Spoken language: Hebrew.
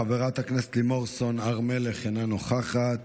חברת הכנסת לימור סון הר מלך, אינה נוכחת.